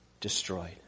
destroyed